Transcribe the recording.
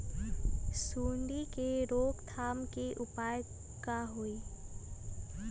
सूंडी के रोक थाम के उपाय का होई?